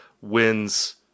wins